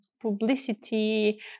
publicity